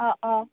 অঁ অঁ